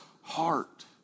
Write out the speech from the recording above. heart